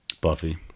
Buffy